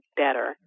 better